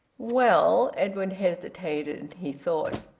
well edwin hesitated. he thought,